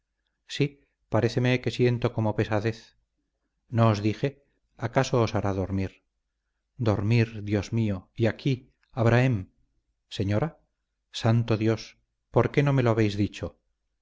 rapidez sí paréceme que siento como pesadez no os dije acaso os hará dormir dormir dios mío y aquí abrahem señora santo dios por qué no me lo habéis dicho